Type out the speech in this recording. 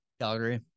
Calgary